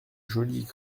jolie